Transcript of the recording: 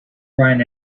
brian